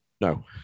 no